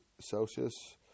Celsius